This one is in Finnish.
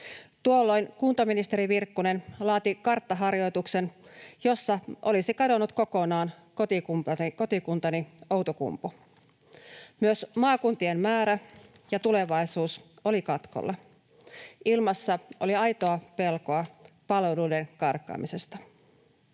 Tuolloin kuntaministeri Virkkunen laati karttaharjoituksen, jossa olisi kadonnut kokonaan kotikuntani Outokumpu. Myös maakuntien määrä ja tulevaisuus olivat katkolla. Ilmassa oli aitoa pelkoa palveluiden karkaamisesta.